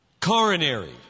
Coronary